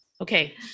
okay